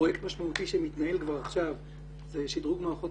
פרויקט משמעותי שמתנהל כבר עכשיו זה שדרוג מערכות